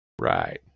Right